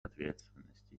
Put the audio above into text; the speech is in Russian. ответственности